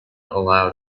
allowed